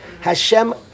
Hashem